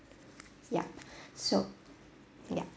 ya so ya